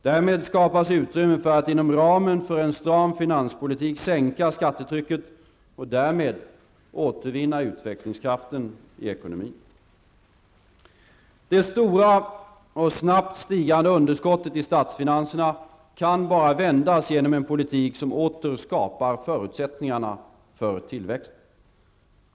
Därmed skapas utrymme för att inom ramen för en stram finanspolitik sänka skattetrycket och därmed återvinna utvecklingskraften i ekonomin. Det stora och snabbt stigande underskottet i statsfinanserna kan bara vändas genom en politik som åter skapar förutsättningar för tillväxt.